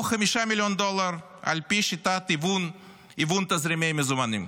או 5 מיליון דולר על פי שיטת "היוון תזרימי מזומנים".